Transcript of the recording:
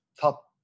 top